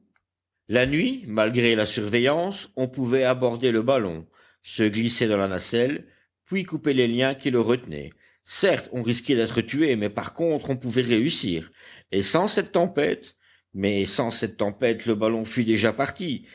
la nuit malgré la surveillance on pouvait aborder le ballon se glisser dans la nacelle puis couper les liens qui le retenaient certes on risquait d'être tué mais par contre on pouvait réussir et sans cette tempête mais sans cette tempête le ballon fût déjà parti